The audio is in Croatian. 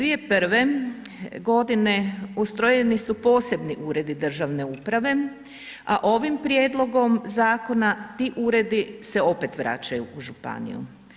2001.g. ustrojeni su posebni uredi državne uprave, a ovim prijedlogom zakona ti uredi se opet vraćaju u županiju.